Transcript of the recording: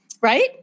right